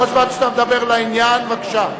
כל זמן שאתה מדבר לעניין, בבקשה.